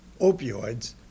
opioids